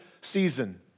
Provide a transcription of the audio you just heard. season